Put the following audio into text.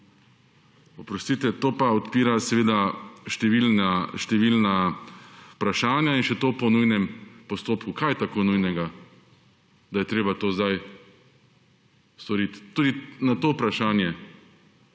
oprostite, to pa odpira številna vprašanja, in še to po nujnem postopku. Kaj je tako nujnega, da je treba to zdaj storiti? Tudi na to vprašanje